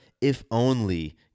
if-only